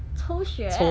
抽血